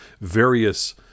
various